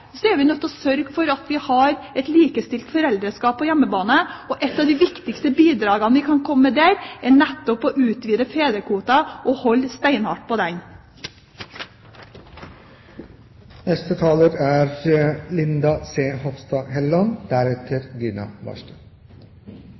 Så hvis vi også skal se på likelønnsdimensjonen i dette, er vi nødt til å sørge for at vi har et likestilt foreldreskap på hjemmebane. Et av de viktigste bidragene vi kan komme med der, er nettopp å utvide fedrekvoten og holde steinhardt på